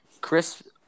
Chris –